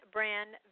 Brand